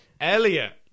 Elliot